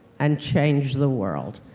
and change the world.